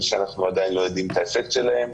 שאנחנו עדיין לא יודעים את האפקט שלהם,